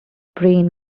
brain